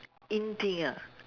in thing ah